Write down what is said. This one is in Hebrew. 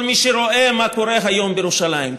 כל מי שרואה מה קורה היום בירושלים,